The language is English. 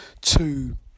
two